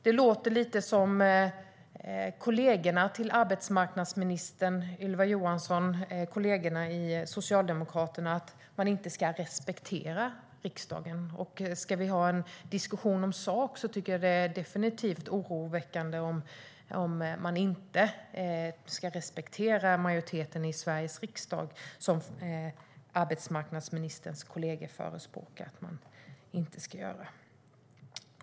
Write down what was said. Det låter lite på arbetsmarknadsminister Ylva Johanssons kollegor i Socialdemokraterna som att man inte ska respektera riksdagen. Ska vi ha en diskussion om sakfrågor tycker jag definitivt att det är oroväckande om man inte ska respektera majoriteten i Sveriges riksdag, vilket arbetsmarknadsministerns kollegor förespråkar.